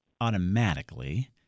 automatically